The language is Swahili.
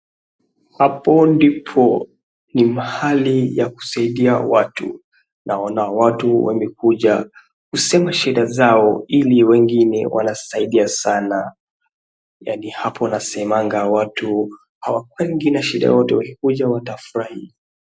Hapo ndipo ni mahali ya kusaidia watu. Naona watu wamekuja kusema shida zao ili wengine wanasaidia sana. Yaani hapo nasemanga watu hawakuangi na shida yoyote, wakikuja watafurahi.